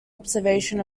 observation